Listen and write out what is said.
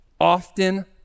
often